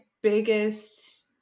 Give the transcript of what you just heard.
biggest